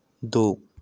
ਦੋ